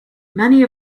many